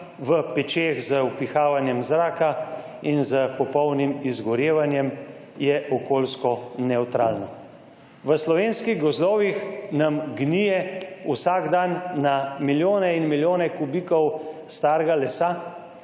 v pečeh z vpihavanjem zraka in s popolnim izgorevanjem, je okoljsko nevtralno. V slovenskih gozdovih nam gnije vsak dan na milijone in milijone kubikov starega lesa.